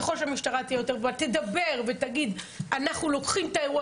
ככל שהמשטרה תדבר ותגיד שהם לוקחים את האירוע